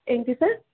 ఏంటి సార్